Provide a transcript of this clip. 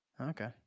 Okay